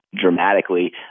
dramatically